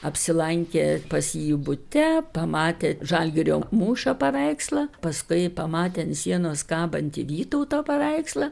apsilankė pas jį bute pamatė žalgirio mūšio paveikslą paskui pamatė ant sienos kabantį vytauto paveikslą